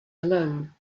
alone